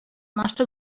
nostre